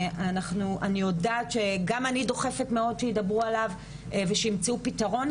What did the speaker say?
אני יודעת שגם אני דוחפת מאוד שידברו עליו ושימצאו פתרון,